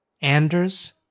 Anders